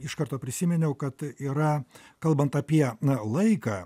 iš karto prisiminiau kad yra kalbant apie na laiką